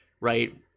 right